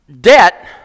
debt